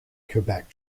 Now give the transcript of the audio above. quebec